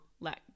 let